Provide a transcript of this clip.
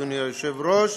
אדוני היושב-ראש,